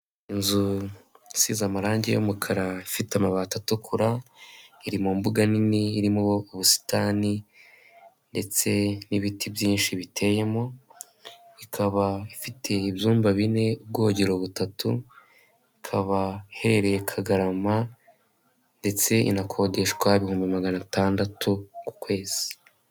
Inzu isize amarangi y'umukara ifite amabati atukura iri mu mbuga nini irimo ubusitani ndetse n'ibiti byinshi biteyemo, ikaba ifite ibyumba bine, ubwogero butatu, ikaba iherereye Kagarama ndetse inakodeshwa ibihumbi magana atandatu ku kwezi.